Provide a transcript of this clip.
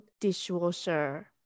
dishwasher